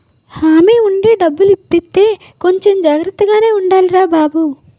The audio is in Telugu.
హామీ ఉండి డబ్బులు ఇప్పిస్తే కొంచెం జాగ్రత్తగానే ఉండాలిరా బాబూ